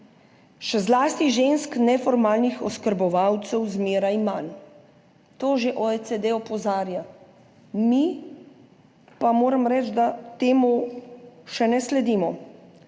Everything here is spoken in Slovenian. še zlasti žensk, neformalnih oskrbovalcev zmeraj manj. Na to že OECD opozarja, mi pa moram reči, da temu še ne sledimo,